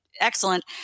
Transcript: excellent